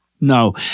No